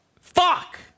Fuck